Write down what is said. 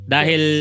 Dahil